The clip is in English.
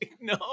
No